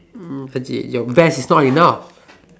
um your best is not enough